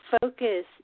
focus